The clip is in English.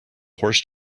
horse